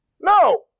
No